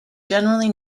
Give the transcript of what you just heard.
generally